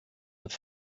have